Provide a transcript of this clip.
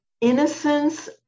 innocence